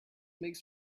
makes